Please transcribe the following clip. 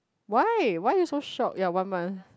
why why you so shock ya one month